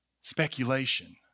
Speculation